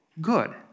good